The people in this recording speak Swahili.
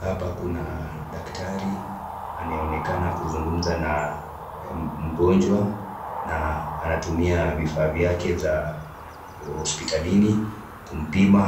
Hapa kuna daktari anaonekana kuzungumza na mgonjwa, na anatumia vifaa vyake za hospitalini kupimwa